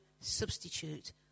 substitute